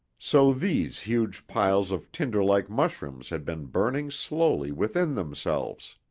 so these huge piles of tinder-like mushrooms had been burning slowly within themselves.